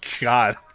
god